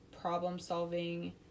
problem-solving